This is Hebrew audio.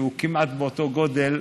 הוא כמעט באותו גודל,